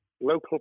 local